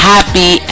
Happy